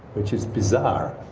which is bizarre,